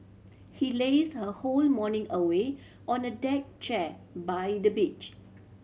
she lazed her whole morning away on a deck chair by the beach